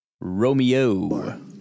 Romeo